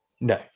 no